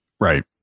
Right